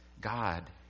God